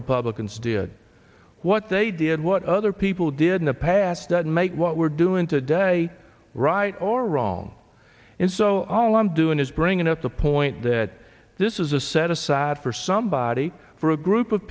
republicans did what they did what other people did in the past doesn't make what we're doing today right or wrong and so all i'm doing is bringing up the point that this is a set aside for somebody for a group of